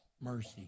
mercy